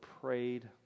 prayed